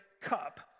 cup